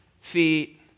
feet